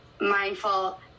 mindful